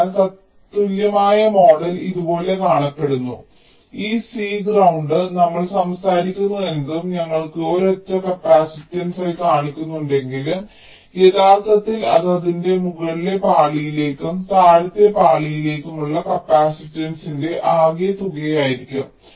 അതിനാൽ തത്തുല്യമായ മോഡൽ ഇതുപോലെ കാണപ്പെടുന്നു ഈ C ഗ്രൌണ്ട് നമ്മൾ സംസാരിക്കുന്നതെന്തും ഞങ്ങൾ ഒരൊറ്റ കപ്പാസിറ്റൻസായി കാണിക്കുന്നുണ്ടെങ്കിലും യഥാർത്ഥത്തിൽ അത് അതിന്റെ മുകളിലെ പാളിയിലേക്കും താഴത്തെ പാളികളിലേക്കും ഉള്ള കപ്പാസിറ്റൻസിന്റെ ആകെത്തുകയായിരിക്കും